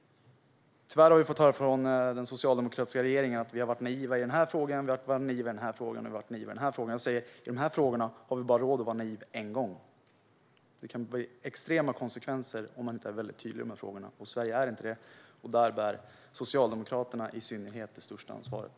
Tyvärr har vi från den socialdemokratiska regeringen fått höra att vi är naiva i den, den och den frågan. Jag säger att i dessa frågor har vi råd att vara naiva bara en gång. Det kan bli extrema konsekvenser om man inte är tydlig i frågorna. Sverige är inte det. Där bär i synnerhet Socialdemokraterna det största ansvaret.